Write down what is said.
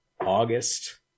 august